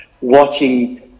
watching